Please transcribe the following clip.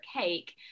cake